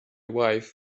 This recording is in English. wife